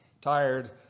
tired